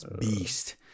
beast